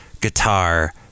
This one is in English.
guitar